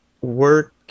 work